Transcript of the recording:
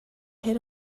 hit